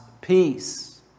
peace